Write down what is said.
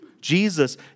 Jesus